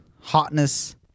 hotness